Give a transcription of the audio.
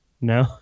No